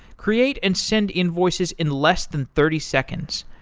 create and send invoices in less than thirty seconds.